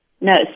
No